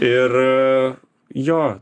ir jo